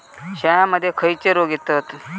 शेळ्यामध्ये खैचे रोग येतत?